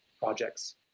projects